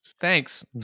Thanks